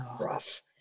rough